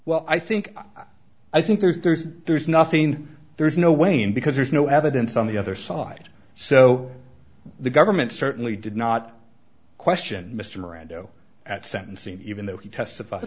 well i think i think there's there's nothing there's no way in because there's no evidence on the other side so the government certainly did not question mr miranda at sentencing even though he testified